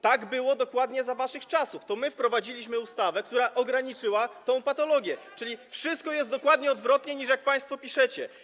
Tak było dokładnie za waszych czasów, to my wprowadziliśmy ustawę, która ograniczyła tę patologię, czyli wszystko jest dokładnie odwrotnie, niż jak państwo piszecie.